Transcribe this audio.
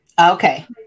Okay